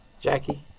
Jackie